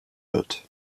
wird